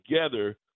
together